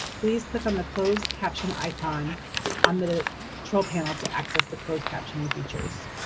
please click on the closed caption icon on the control panel to access the closed captioning features.